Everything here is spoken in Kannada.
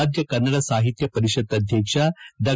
ರಾಜ್ಯ ಕನ್ನಡ ಸಾಹಿತ್ಯ ಪರಿಷತ್ ಅಧ್ಯಕ್ಷ ಡಾ